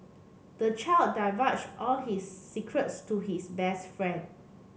the child divulged all his secrets to his best friend